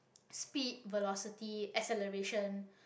speed velocity acceleration